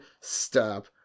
stop